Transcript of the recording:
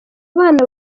bana